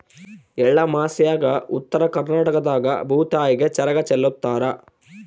ಎಳ್ಳಮಾಸ್ಯಾಗ ಉತ್ತರ ಕರ್ನಾಟಕದಾಗ ಭೂತಾಯಿಗೆ ಚರಗ ಚೆಲ್ಲುತಾರ